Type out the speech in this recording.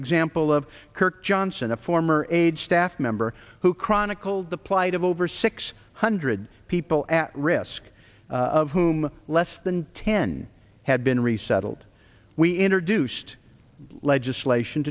example of kirk johnson a former aide staff member who chronicled the plight of over six hundred people at risk of whom less than ten had been resettled we in produced legislation